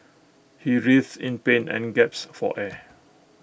he writhed in pain and gaps for air